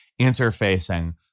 interfacing